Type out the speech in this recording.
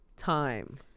time